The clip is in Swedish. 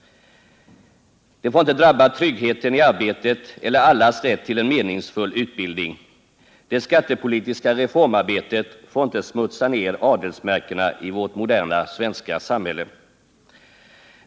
Det får inte drabba tryggheten i arbetet eller allas rätt till en meningsfull utbildning. Det skattepolitiska reformarbetet får inte smutsa ner adelsmärkena i vårt moderna svenska samhälle.